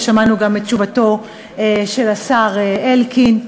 ושמענו גם את תשובתו של השר אלקין,